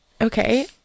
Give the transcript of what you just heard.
Okay